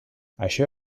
això